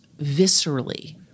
viscerally